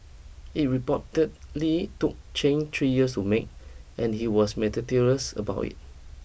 it reportedly took three years to make and he was generally about it